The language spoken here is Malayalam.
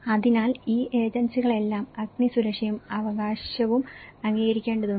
അതിനാൽ ഈ ഏജൻസികളെല്ലാം അഗ്നി സുരക്ഷയും അവകാശവും അംഗീകരിക്കേണ്ടതുണ്ട്